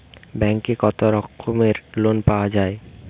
ব্যাঙ্কে কত রকমের লোন পাওয়া য়ায়?